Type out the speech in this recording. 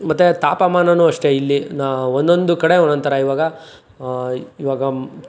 ಮತ್ತೆ ತಾಪಮಾನವೂ ಅಷ್ಟೆ ಇಲ್ಲಿ ನಾ ಒಂದೊಂದು ಕಡೆ ಒಂದೊಂದು ಥರ ಇವಾಗ ಇವಾಗ